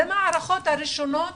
אלו המערכות הראשונות